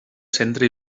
centre